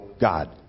God